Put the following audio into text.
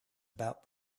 about